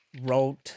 wrote